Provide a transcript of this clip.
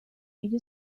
ello